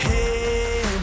Hey